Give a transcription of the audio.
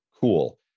cool